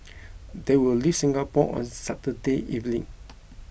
they will leave Singapore on Saturday evening